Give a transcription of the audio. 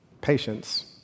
Patience